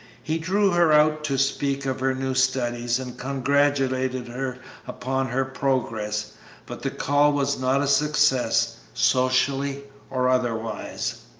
he drew her out to speak of her new studies and congratulated her upon her progress but the call was not a success, socially or otherwise.